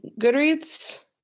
Goodreads